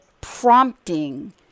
prompting